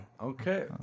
Okay